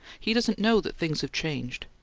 he doesn't know that things have changed.